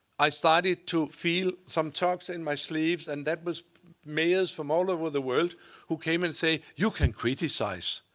i started to feel some tugs in my sleeves, and that was mayors from all over the world who came and said, you can criticize,